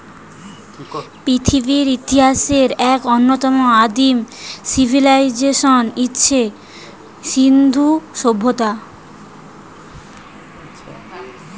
পৃথিবীর ইতিহাসের এক অন্যতম আদিম সিভিলাইজেশন হচ্ছে সিন্ধু সভ্যতা